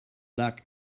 luck